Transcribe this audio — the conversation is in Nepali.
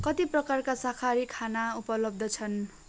कति प्रकारका शाकाहारी खाना उपलब्ध छन्